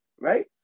right